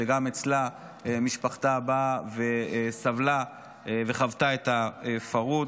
שגם אצלה משפחתה סבלה וחוותה את הפרהוד,